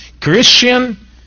Christian